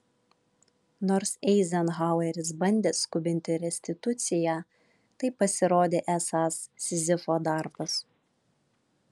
nors eizenhaueris bandė skubinti restituciją tai pasirodė esąs sizifo darbas